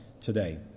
today